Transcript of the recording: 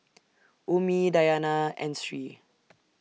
Ummi Dayana and Sri